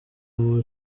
muri